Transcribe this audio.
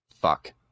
fuck